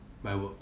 my work